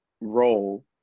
role